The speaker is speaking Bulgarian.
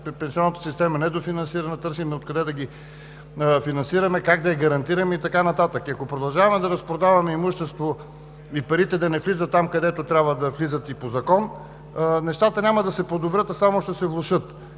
пенсионната система е недофинансирана, търсим откъде да я финансираме, как да я гарантираме и така нататък. Ако продължаваме да разпродаваме имущество и парите да не влизат там, където трябва да влизат и по закон, нещата няма да се подобрят, а само ще се влошат.